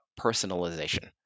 personalization